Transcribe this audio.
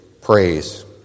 praise